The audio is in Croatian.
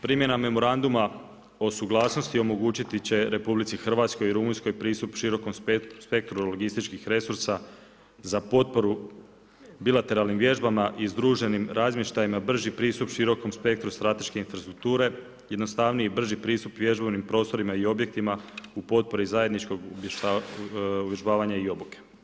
Primjena memoranduma o suglasnosti, omogućiti će RH i Rumunjskoj pristup širokom spektru logističkih resursa za potporu bilateralnim vježbama i združenim razmještajima brži pristup širokom spektru strateške infrastrukture, jednostavniji i brži pristup vježbanim prostorima i objektima, u potporu zajedničkog uvježbavanja i obuke.